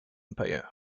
empire